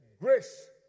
grace